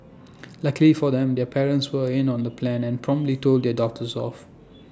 luckily for them their parents were in on the plan and promptly told their daughters off